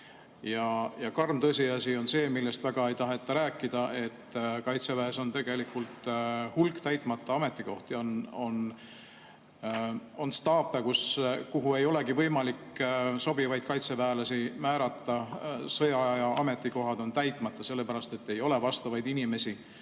Ja karm tõsiasi on see, millest väga ei taheta rääkida, et kaitseväes on tegelikult hulk täitmata ametikohti. On staape, kuhu ei olegi võimalik sobivaid kaitseväelasi määrata, sõjaaja ametikohad on täitmata, sellepärast et ei ole vastavaid inimesi,